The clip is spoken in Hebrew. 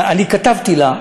אני כתבתי לה.